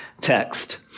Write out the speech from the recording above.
text